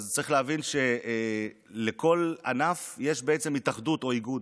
צריך להבין שלכל ענף יש התאחדות או איגוד.